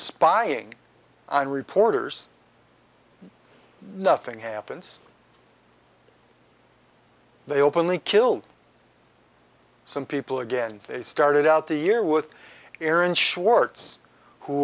spying on reporters nothing happens they openly killed some people again they started out the year with aaron schwartz who